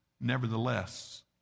Nevertheless